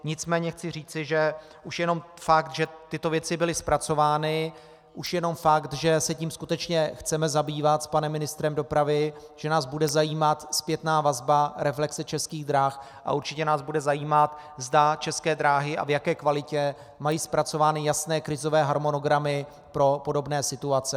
Nicméně chci říci, že už jenom fakt, že tyto věci byly zpracovány, už jenom fakt, že se tím skutečně chceme zabývat s panem ministrem dopravy, že nás bude zajímat zpětná vazba reflexe Českých drah a určitě nás bude zajímat, zda České dráhy a v jaké kvalitě mají zpracovány jasné krizové harmonogramy pro podobné situace.